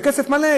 בכסף מלא.